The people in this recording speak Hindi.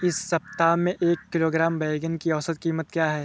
इस सप्ताह में एक किलोग्राम बैंगन की औसत क़ीमत क्या है?